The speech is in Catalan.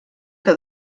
que